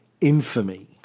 infamy